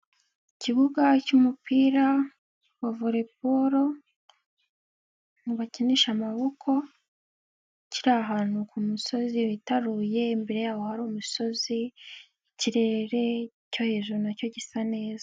Ikibuga cy'umupira wa voleyball , mu bakinisha amaboko kiri ahantu ku musozi witaruye imbere yaho hari imisozi ikirere cyo hejuru nacyo gisa neza.